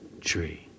tree